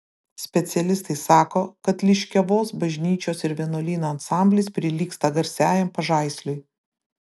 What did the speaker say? specialistai sako kad liškiavos bažnyčios ir vienuolyno ansamblis prilygsta garsiajam pažaisliui